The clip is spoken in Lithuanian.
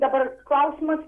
dabar klausimas